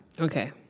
Okay